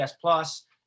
plus